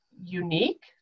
unique